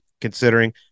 considering